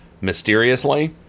mysteriously